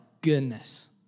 goodness